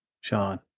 Sean